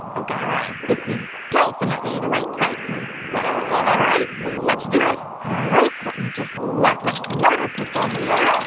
oh, guy raz, this is dolphin-itely the right place well, all right. let's do it ah all right. let me just lock up the motor pickle here.